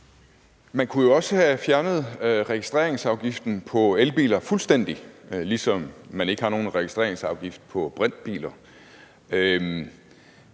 Man kunne jo også have fjernet registreringsafgiften på elbiler fuldstændig, ligesom man ikke har nogen registreringsafgift på brintbiler,